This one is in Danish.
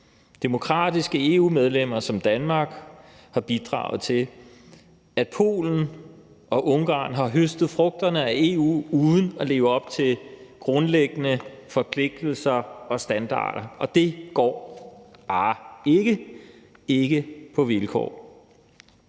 Demokratiske EU-medlemmer som Danmark har bidraget til, at Polen og Ungarn har høstet frugterne af EU uden at leve op til grundlæggende forpligtelser og standarder, og det går bare ikke, ikke på vilkår.